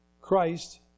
Christ